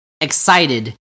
excited